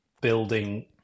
building